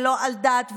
ולא על דת,